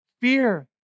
fear